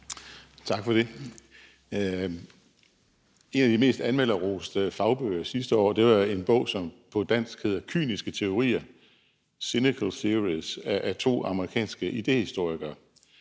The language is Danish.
Tak for det. En af de mest anmelderroste fagbøger sidste år var en bog, som hedder »Cynical Theories«, på dansk Kyniske teorier, af to amerikanske idéhistorikere,